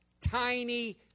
tiny